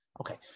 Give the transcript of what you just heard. Okay